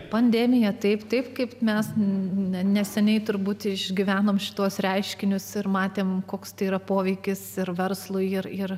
pandemija taip taip kaip mes neseniai turbūt išgyvenome šituos reiškinius ir matėme koks tai yra poveikis ir verslui ir ir